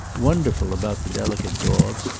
wonderful about the delicate daubs,